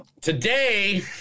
Today